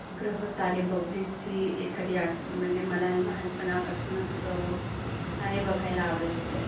ग्रह तारे बघण्याची एखादी आठवण म्हणजे मला लहानपणापासूनच तारे बघायला आवडत होतं आहे